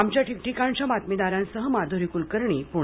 आमच्या ठिकठिकाणच्या बातमीदारांसह माधुरी कुलकर्णी पुणे